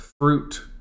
fruit